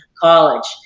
college